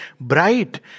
bright